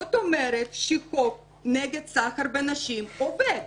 זה אומר שהחוק נגד סחר בנשים עובד.